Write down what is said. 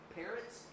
parents